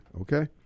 Okay